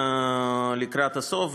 לקראת הסוף,